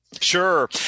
Sure